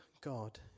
God